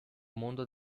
mondo